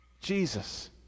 Jesus